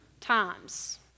times